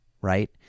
Right